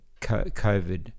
COVID